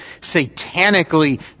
satanically